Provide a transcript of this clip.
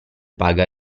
paga